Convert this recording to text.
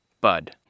Bud